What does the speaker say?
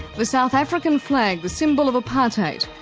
the south african flag, the symbol of apartheid,